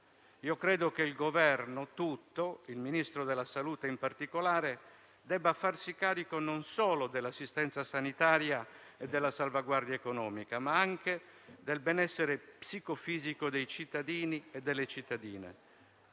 Credo che il Governo tutto - e il Ministro della salute in particolare - debba farsi carico non solo dell'assistenza sanitaria e della salvaguardia economica, ma anche del benessere psicofisico dei cittadini e delle cittadine,